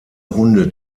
runde